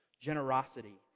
generosity